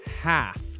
half